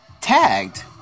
tagged